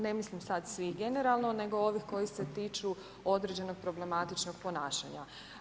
Ne mislim sad svih generalno, nego ovih koji se tiču određenog problematičnog ponašanja.